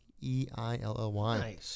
E-I-L-L-Y